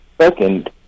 second